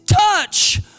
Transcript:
touch